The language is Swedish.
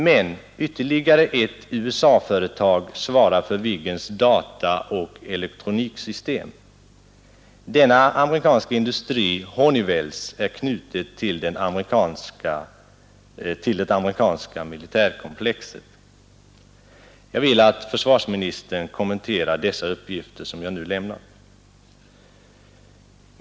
Men ytterligare ett USA-företag svarar för Viggens dataoch elektroniksystem. Denna amerikanska industri, Honeywell, är knuten till det amerikanska militärindustriella komplexet. Jag vill att försvarsministern kommenterar de uppgifter jag nu lämnat.